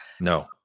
no